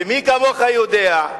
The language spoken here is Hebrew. מי כמוך יודע,